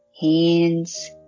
hands